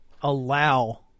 allow